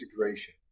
integration